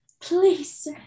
Please